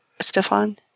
Stefan